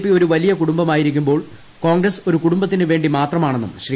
പ്പി ഒരു് വലിയ കുടുംബമായിരിക്കുമ്പോൾ ക്ടോൺഗ്രസ് ഒരു കുടുംബത്തിന് വേണ്ടി മാത്രമാണെന്നുകൃശ്രീ